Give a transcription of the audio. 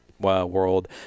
world